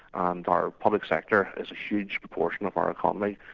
and our public sector is a huge proportion of our economy,